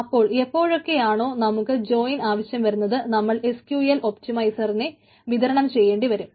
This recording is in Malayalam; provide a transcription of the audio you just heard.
അപ്പോൾ എപ്പോഴൊക്കെയാണോ നമുക്ക് ജോയിൻ ആവശ്യം വരുന്നത് നമ്മൾ SQL ഒപ്റ്റിമൈസറിനെ വിതരണം ചെയ്യേണ്ടിവരും